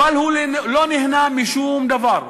והוא לא נהנה משום דבר.